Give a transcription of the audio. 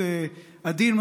אז אני אשתדל להיות עדין.